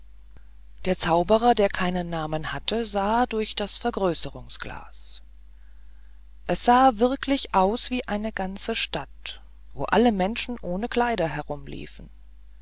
der zauberer der keinen namen hatte sah durch das vergrößerungsglas es sah wirklich aus wie eine ganze stadt wo alle menschen ohne kleider herumliefen